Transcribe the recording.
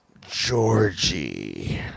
Georgie